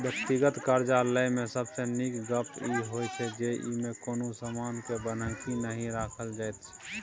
व्यक्तिगत करजा लय मे सबसे नीक गप ई होइ छै जे ई मे कुनु समान के बन्हकी नहि राखल जाइत छै